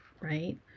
right